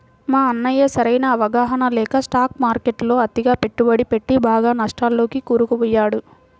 మా అన్నయ్య సరైన అవగాహన లేక స్టాక్ మార్కెట్టులో అతిగా పెట్టుబడి పెట్టి బాగా నష్టాల్లోకి కూరుకుపోయాడు